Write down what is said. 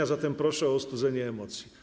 A zatem proszę o ostudzenie emocji.